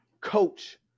coach